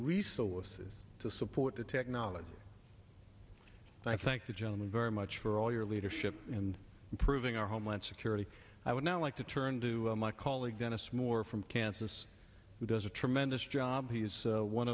resources to support the technology and i thank the gentleman very much for all your leadership and improving our homeland security i would now like to turn to my colleague dennis moore from kansas who does a tremendous job he's one